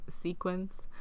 sequence